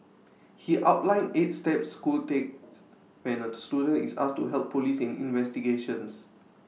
he outlined eight steps schools take when A student is asked to help Police in investigations